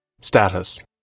Status